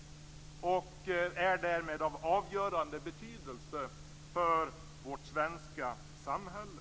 Detta är därmed av avgörande betydelse för vårt svenska samhälle.